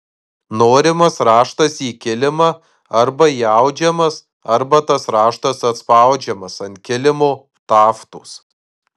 norimas raštas į kilimą arba įaudžiamas arba tas raštas atspaudžiamas ant kilimo taftos